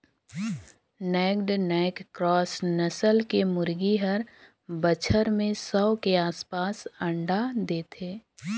naked neck cross नसल के मुरगी हर बच्छर में सौ के आसपास अंडा देथे